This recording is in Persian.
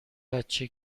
بچه